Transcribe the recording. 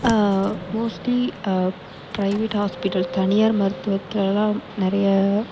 mostly private hospital தனியார் மருத்துவத்துலலாம் நிறைய